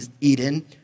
Eden